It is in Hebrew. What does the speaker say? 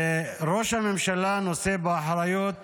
וראש הממשלה נושא באחריות